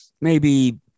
maybe-